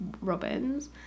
Robins